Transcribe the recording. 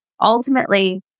ultimately